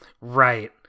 Right